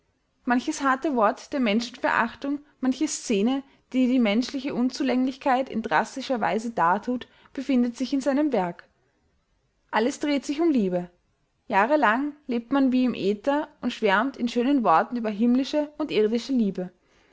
manches harte wort der menschenverachtung manche szene die die menschliche unzulänglichkeit in drastischer weise dartut befindet sich in seinem werk alles dreht sich um liebe jahrelang lebt man wie im äther und schwärmt in schönen worten über himmlische und irdische liebe